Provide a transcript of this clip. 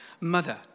mother